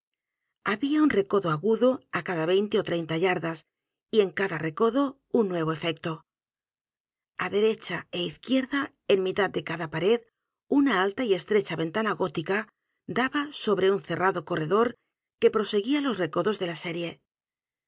había un recodo agudo á cada veinte ó treinta yardas y en cada recodo un nuevo efecto á derecha é izquierda en mitad de cada pared una alta y estrecha ventana gótica daba sobre un cerrado corredor que proseguía los recodos de la serie